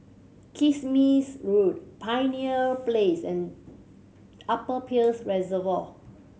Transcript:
Kismis Road Pioneer Place and Upper Peirce Reservoir